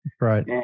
Right